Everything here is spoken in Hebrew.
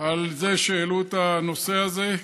על זה שהעלו את הנושא הזה.